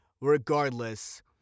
Regardless